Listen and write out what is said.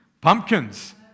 Pumpkins